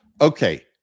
Okay